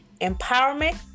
empowerment